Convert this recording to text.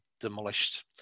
demolished